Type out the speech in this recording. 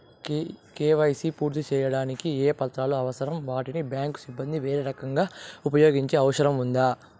KYC పూర్తి సేయడానికి ఏ పత్రాలు అవసరం, వీటిని బ్యాంకు సిబ్బంది వేరే రకంగా ఉపయోగించే అవకాశం ఉందా?